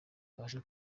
yabasha